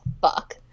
fuck